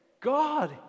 God